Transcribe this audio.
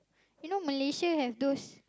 you know Malaysia have those